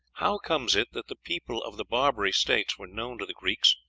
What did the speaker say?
how comes it that the people of the barbary states were known to the greeks,